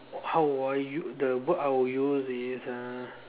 how would I use the word I would use is uh